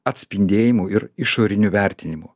atspindėjimų ir išorinių vertinimų